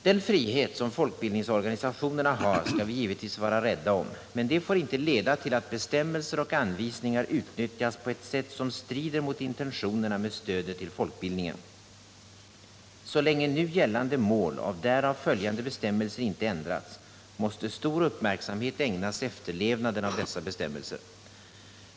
Den frihet som folkbildningsorganisationerna har skall vi givetvis vara rädda om, men det får inte leda till att bestämmelser och anvisningar utnyttjas på ett sätt som strider mot intentionerna med stödet till folkbildningen. Så länge nu gällande mål och därav följande bestämmelser inte ändrats, måste stor uppmärksamhet ägnas efterlevnaden av dessa bestämmelser.